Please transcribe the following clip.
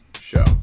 show